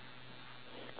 for a day